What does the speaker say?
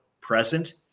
present